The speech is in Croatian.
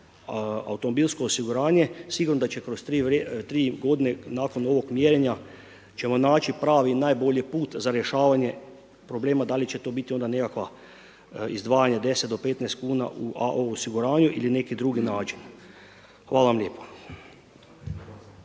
automobilsko osiguranje, sigurno da će kroz tri godine nakon ovog mjerenja ćemo naći, pravi najbolji put za rješavanje problema, da li će to onda biti nekakva izdvajanja, 10-15 kuna u osiguranju, ili neki drugi način. Hvala vam lijepa.